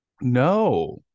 No